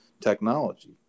technology